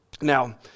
Now